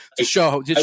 show